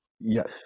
yes